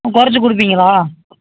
குறைச்சு கொடுப்பீங்களா